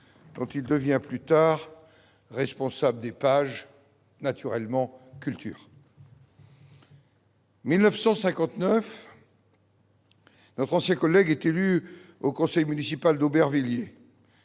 dont il devient plus tard responsable des pages culture, presque naturellement. En 1959, notre ancien collègue est élu au conseil municipal d'Aubervilliers,